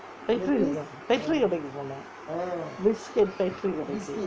fcatory கடைக்கு போனோம்:kadaikku ponom biscuit factory கடைக்கு:kadaikku